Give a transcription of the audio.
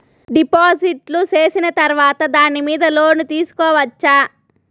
డిపాజిట్లు సేసిన తర్వాత దాని మీద లోను తీసుకోవచ్చా?